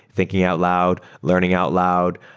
thinking out loud, learning out loud.